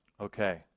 Okay